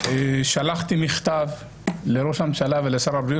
שלחתי מכתב לראש הממשלה ולשר הבריאות.